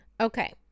Okay